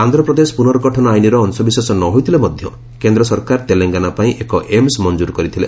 ଆନ୍ଧ୍ରପ୍ରଦେଶ ପୁନର୍ଗଠନ ଆଇନର ଅଂଶବିଶେଷ ନ ହୋଇଥିଲେ ମଧ୍ୟ କେନ୍ଦ୍ର ସରକାର ତେଲଙ୍ଗାନା ପାଇଁ ଏକ ଏମ୍ସ ମଫ୍ଟକୁର କରିଥିଲେ